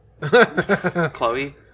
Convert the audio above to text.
Chloe